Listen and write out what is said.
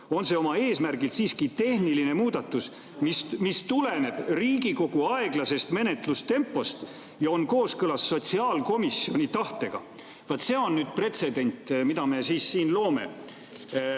on see oma eesmärgilt siiski tehniline muudatus, mis tuleneb Riigikogu aeglasest menetlustempost ja on kooskõlas sotsiaalkomisjoni tahtega. Vaat see on pretsedent, mida me siin loome!